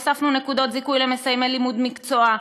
הוספנו נקודות זיכוי למסיימי לימוד מקצוע,